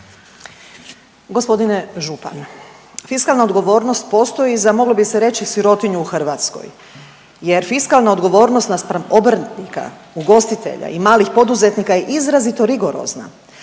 G. Župan, fiskalna odgovornost postoji za, moglo bi se reći, sirotinju u Hrvatskoj jer fiskalna odgovornost naspram obrtnika, ugostitelja i malih poduzetnika je izrazito rigorozna.